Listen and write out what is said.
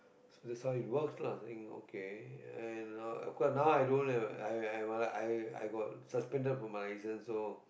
so that's how it works lah saying okay cause now i don't have I I were like I I got suspended from my license so